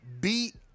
beat